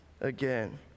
again